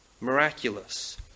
miraculous